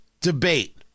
debate